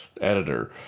editor